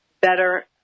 better